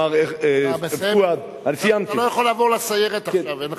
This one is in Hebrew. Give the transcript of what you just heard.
אתה לא יכול לעבור לסיירת עכשיו.